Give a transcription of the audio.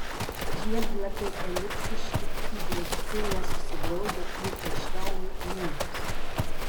žiedlapiai elipsiški įgaubti nesusiglaudę jų krašteliai lygūs